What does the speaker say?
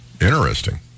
Interesting